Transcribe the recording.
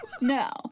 No